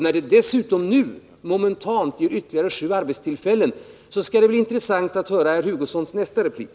När det dessutom nu momentant blir ytterligare sju arbetstillfällen skall det bli intressant att höra herr Hugossons nästa replik.